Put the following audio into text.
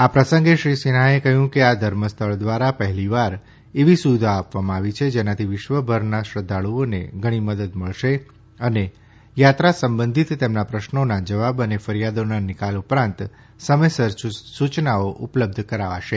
આ પ્રસંગે શ્રી સિન્હાએ કહ્યું કે આ ધર્મસ્થળ દ્વારા પહેલીવાર એવી સુવિધા આપવામાં આવી છે જેનાથી વિશ્વભરના શ્રદ્ધાળુઓને ઘણી મદદ મળશે અને યાત્રા સંબંધિત તેમના પ્રશ્નોના જવાબ અને ફરિયાદોના નિકાલ ઉપરાંત સમયસર સૂચનાઓ ઉપલબ્ધ કરાવાશે